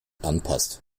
anpasst